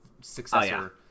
successor